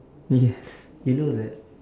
yes you know that